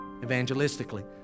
evangelistically